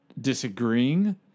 disagreeing